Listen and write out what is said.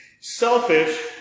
selfish